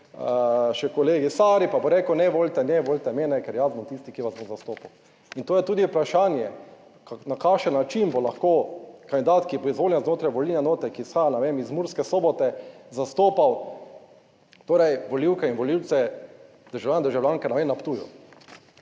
Še kolegi Stari pa bo rekel, ne volite, ne volite mene, ker jaz bom tisti, ki vas bo zastopal. In to je tudi vprašanje na kakšen način bo lahko kandidat, ki bo izvoljen znotraj volilne enote, ki izhaja, ne vem, iz Murske Sobote, zastopal, torej volivke in volivce, državljane in državljanke, vem, na Ptuju.